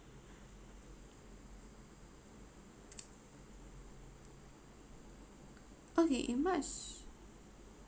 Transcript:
okay in march